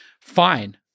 fine